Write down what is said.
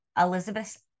Elizabeth